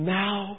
now